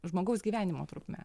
žmogaus gyvenimo trukme